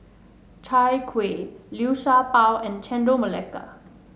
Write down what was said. Chai Kueh Liu Sha Bao and Chendol Melaka